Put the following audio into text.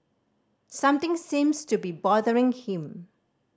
something seems to be bothering him